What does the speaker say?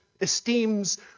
esteems